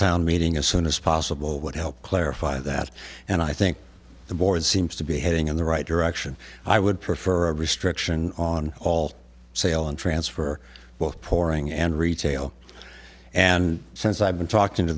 town meeting as soon as possible would help clarify that and i think the board seems to be heading in the right direction i would prefer a restriction on all sale and transfer both pouring and retail and since i've been talking to